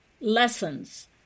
lessons